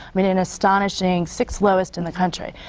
i mean an astonishing sixth lowest in the country.